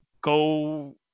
go